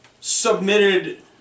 submitted